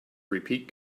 repeat